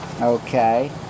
Okay